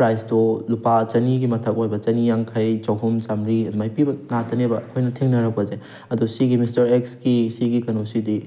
ꯄ꯭ꯔꯥꯏꯖꯇꯣ ꯂꯨꯄꯥ ꯆꯅꯤꯒꯤ ꯃꯊꯛ ꯑꯣꯏꯕ ꯆꯅꯤ ꯌꯥꯡꯈꯩ ꯆꯍꯨꯝ ꯆꯥꯝꯃꯔꯤ ꯑꯗꯨꯃꯥꯏꯅ ꯄꯤꯕ ꯉꯥꯛꯇꯅꯦꯕ ꯑꯈꯣꯏꯅ ꯊꯦꯡꯅꯔꯛꯄꯁꯦ ꯑꯗꯣ ꯁꯤꯒꯤ ꯃꯤꯁꯇꯔ ꯑꯦꯛꯁꯀꯤ ꯁꯤꯒꯤ ꯀꯩꯅꯣꯁꯤꯗꯤ